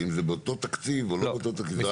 אם זה באותו תקציב או לא באותו תקציב?